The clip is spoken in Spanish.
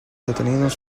detenidos